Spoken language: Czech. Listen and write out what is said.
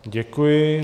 Děkuji.